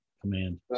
command